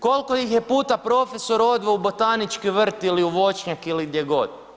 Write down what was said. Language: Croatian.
Koliko ih je puta profesor odveo u botanički vrt ili u voćnjak ili gdje god?